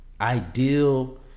ideal